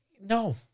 No